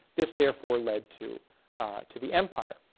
this, therefore, lead to to the empire.